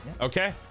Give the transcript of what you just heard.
Okay